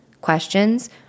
questions